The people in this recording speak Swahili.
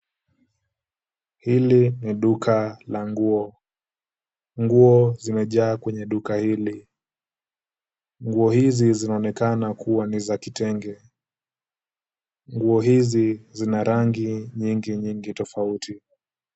Hili ni duka la nguo. Nguo zimejaa kwenye duka hili. Nguo hizi zinaonekana kuwa ni za kitenge. Nguo hizi zina rangi nyingi nyingi tofauti.